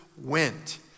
went